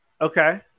Okay